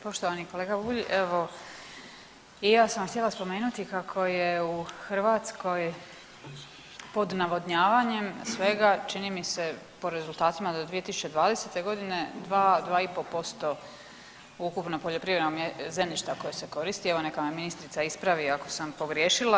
Poštovani kolega Bulj, evo i ja sam htjela spomenuti kako je u Hrvatskoj pod navodnjavanjem svega čini mi se po rezultatima do 2020.g. 2-2,5% ukupnog poljoprivrednog zemljišta koje se koristi, evo neka me ministrica ispravi ako sam pogriješila.